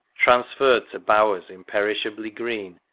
transferr'd to bowers imperishably green.